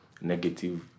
negative